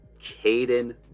Caden